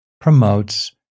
promotes